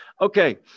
Okay